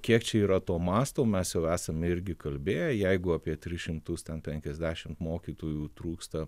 kiek čia yra to masto mes jau esam irgi kalbėją jeigu apie tris šimtus penkiasdešimt mokytojų trūksta